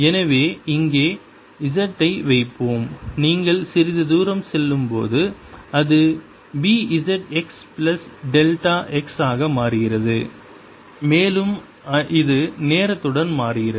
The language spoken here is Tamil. எனவே இங்கே z ஐ வைப்போம் நீங்கள் சிறிது தூரம் செல்லும்போது அது B z x plus delta x ஆக மாறுகிறது மேலும் இது நேரத்துடன் மாறுகிறது